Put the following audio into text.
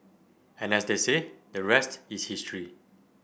and as they say the rest is history